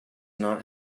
not